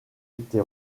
été